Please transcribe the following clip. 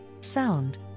sound